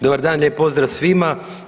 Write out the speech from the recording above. Dobar dan, lijep pozdrav svima.